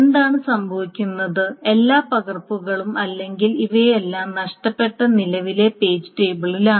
എന്താണ് സംഭവിക്കുന്നത് എല്ലാ പകർപ്പുകളും അല്ലെങ്കിൽ ഇവയെല്ലാം നഷ്ടപ്പെട്ട നിലവിലെ പേജ് ടേബിളിലാണ്